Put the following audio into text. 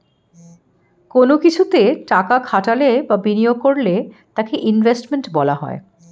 কোন কিছুতে টাকা খাটালে বা বিনিয়োগ করলে তাকে ইনভেস্টমেন্ট বলা হয়